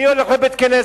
מי הולך לבית-כנסת,